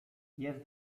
jest